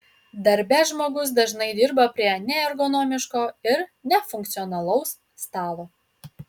darbe žmogus dažnai dirba prie neergonomiško ir nefunkcionalaus stalo